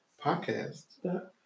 Podcast